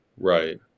Right